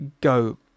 go